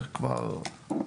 זה כבר אחרת.